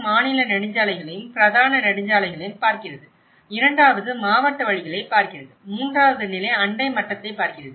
மாநில நெடுஞ்சாலைகளையும் பிரதான நெடுஞ்சாலைகளையும் பார்க்கிறது இரண்டாவது மாவட்ட வழிகளைப் பார்க்கிறது மூன்றாவது நிலை அண்டை மட்டத்தைப் பார்க்கிறது